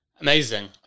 Amazing